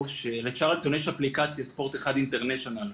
של'צרלטון' יש אפליקציה ספורט 1 אינטרנשיונל,